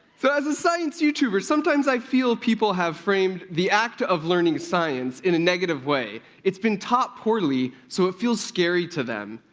so, as a science youtuber, sometimes i feel people have framed the act of learning science in a negative way. it's been taught poorly, so it feels scary to them.